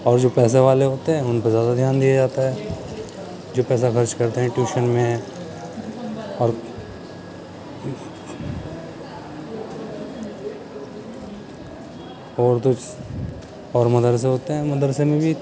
اور جو پیسے والے ہوتے ہیں ان پہ زیادہ دھیان دیا جاتا ہے جو پیسہ خرچ کرتے ہیں ٹیوشن میں اور اور اور مدرسے ہوتے ہیں مدرسے میں بھی